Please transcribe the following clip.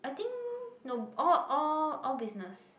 I think no all all all business